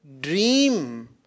dream